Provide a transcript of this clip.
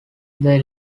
they